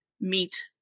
meet